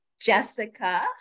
Jessica